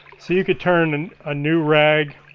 so you can turn and ah new rag,